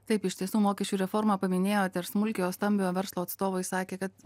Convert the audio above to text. taip iš tiesų mokesčių reformą paminėjot ir smulkiojo stambiojo verslo atstovai sakė kad